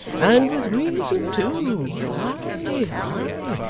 and with reason too! ay, ay.